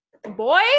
boy